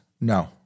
No